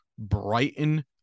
Brighton